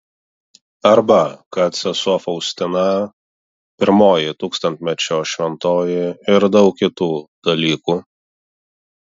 arba kad sesuo faustina pirmoji tūkstantmečio šventoji ir daug kitų dalykų